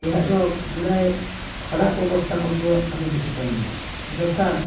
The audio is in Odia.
ଏହାର ଗୁଡ଼ାଏ ଖରାପ ଅବସ୍ଥା ମଧ୍ୟ ଆମେ ଦେଖି ପାରିଲୁ ଯଥା